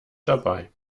dabei